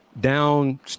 down